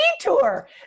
detour